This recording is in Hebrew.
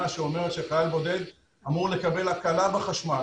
שאומרת שחייל בודד אמור לקבל הקלה בחשמל,